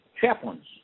chaplains